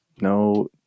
No